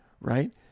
right